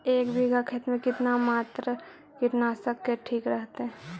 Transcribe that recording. एक बीघा खेत में कितना मात्रा कीटनाशक के ठिक रहतय?